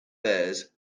bears